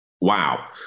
wow